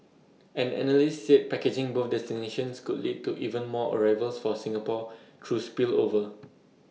an analyst said packaging both destinations could lead to even more arrivals for Singapore through spillover